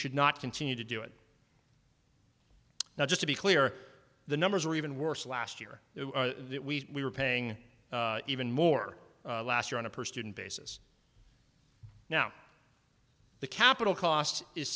should not continue to do it now just to be clear the numbers are even worse last year that we are paying even more last year on a per student basis now the capital cost is